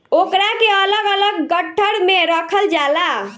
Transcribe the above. ओकरा के अलग अलग गट्ठर मे रखल जाला